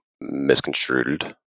misconstrued